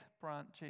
branches